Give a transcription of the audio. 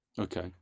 okay